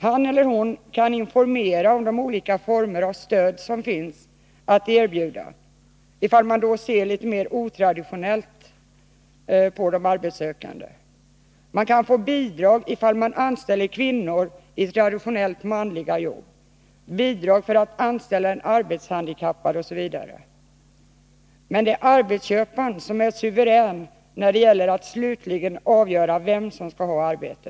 Han eller hon kan informera om de olika former av stöd som finns att erbjuda, om de ser litet mer otraditionellt på de arbetssökande. Bidrag kan utgå till dem som anställer kvinnor i traditionellt manliga jobb. Likaså kan den som anställer en arbetshandikappad få bidrag. Men det är ändå arbetsköparen som är suverän när det gäller att slutligt avgöra vem som skall få ett visst arbete.